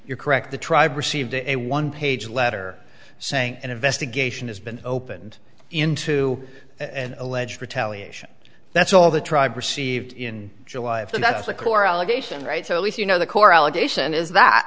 you're correct the tribe received a one page letter saying an investigation has been opened into an alleged retaliation that's all the tribe received in july if that's the core allegation right so if you know the core allegation is that